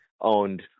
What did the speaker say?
owned